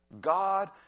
God